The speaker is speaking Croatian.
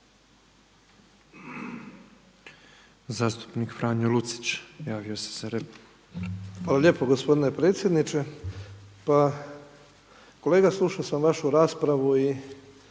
Zastupnik Franjo Lucić, javio se za repliku. **Lucić, Franjo (HDZ)** Hvala lijepo gospodine predsjedniče. Pa kolega slušao sam vašu raspravu i